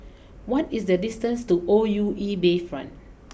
what is the distance to O U E Bayfront